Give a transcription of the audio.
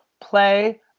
play